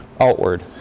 outward